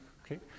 okay